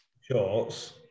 shorts